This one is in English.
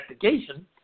investigation